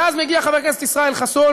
ואז מגיע חבר הכנסת ישראל חסון,